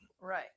right